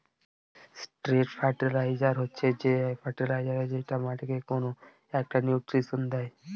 straight fertiliser হচ্ছে যে fertiliser যেটা মাটিকে কোনো একটা নিউট্রিশন দেয়